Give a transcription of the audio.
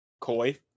Koi